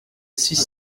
six